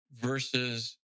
versus